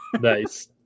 Nice